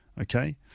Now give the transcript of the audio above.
Okay